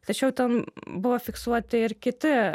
tačiau ten buvo fiksuoti ir kiti